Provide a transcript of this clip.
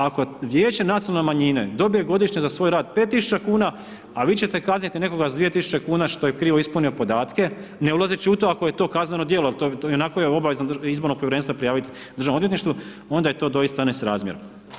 Ako Vijeće nacionalne manjine dobije godišnje za svoj rad 5.000 kuna, a vi ćete kazniti nekoga s 2.000 kuna što je krivo ispunio podatke, ne ulazeći u to ako je to kazneno djelo, jel i onako je obavezan izborno povjerenstvo prijaviti Državnom odvjetništvu, onda je to doista ne srazmjerno.